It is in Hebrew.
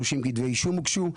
30 כתבי אישום הוגשו.